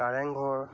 Kareng Ghar